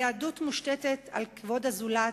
היהדות מושתתת על כבוד הזולת,